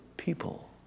people